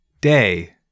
Day